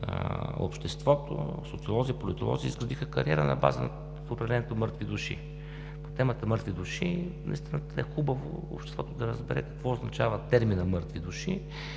обществото – социолози, политолози – изградиха кариера на база на определението „мъртви души“. По темата „мъртви души“ наистина е хубаво обществото да разбере какво означава терминът „мъртви души“,